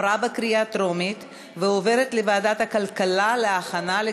לוועדה שתקבע ועדת הכנסת, נתקבלה.